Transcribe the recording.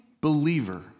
believer